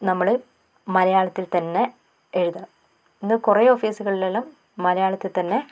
നമ്മൾ മലയാളത്തിൽ തന്നെ എഴുതണം ഇന്ന് കുറെ ഓഫീസുകളിലെല്ലാം മലയാളത്തിൽ തന്നെ